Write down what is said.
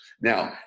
Now